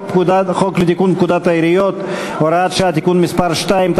החוק לתיקון פקודת העיריות (הוראת שעה) (תיקון מס' 2),